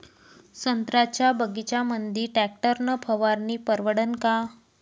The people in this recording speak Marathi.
संत्र्याच्या बगीच्यामंदी टॅक्टर न फवारनी परवडन का?